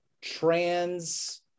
trans